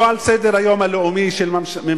שזה לא על סדר-היום הלאומי של ממשלתך,